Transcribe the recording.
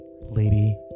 Lady